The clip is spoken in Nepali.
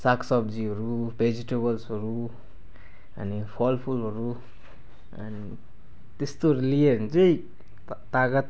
साग सब्जीहरू भेजिटेब्लसहरू अनि फलफुलहरू अनि त्यस्तोहरू लियो भने चाहिँ ता ताकत